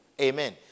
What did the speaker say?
Amen